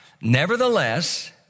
Nevertheless